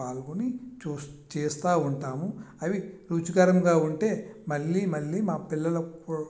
పాల్గొని చూసి చేస్తూ ఉంటాము అవి రుచికరంగా ఉంటే మళ్ళీ మళ్ళీ మా పిల్లలకు